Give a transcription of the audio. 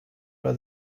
for